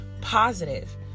positive